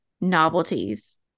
novelties